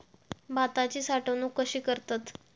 भाताची साठवूनक कशी करतत?